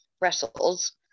wrestles